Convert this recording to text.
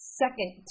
second